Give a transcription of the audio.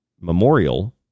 memorial